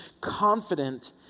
confident